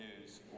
news